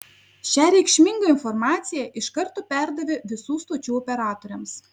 šią reikšmingą informaciją iš karto perdavė visų stočių operatoriams